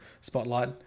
spotlight